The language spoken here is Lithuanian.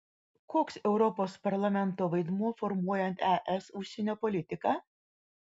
koks europos parlamento vaidmuo formuojant es užsienio politiką